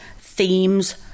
themes